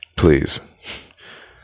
please